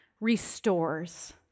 restores